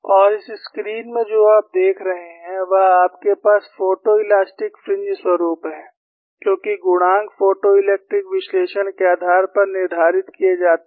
और इस स्क्रीन में जो आप देख रहे हैं वह आपके पास फोटोइलास्टि फ्रिंज स्वरुप है क्योंकि गुणांक फोटोइलेक्ट्रिक विश्लेषण के आधार पर निर्धारित किए जाते हैं